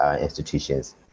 institutions